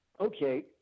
okay